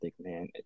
man